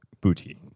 Booty